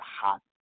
hot